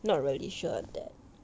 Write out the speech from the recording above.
not really sure that